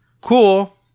cool